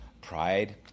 pride